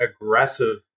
aggressive